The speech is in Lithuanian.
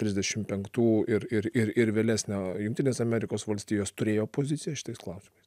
trisdešim penktų ir ir ir ir vėlesnio jungtinės amerikos valstijos turėjo poziciją šitais klausimais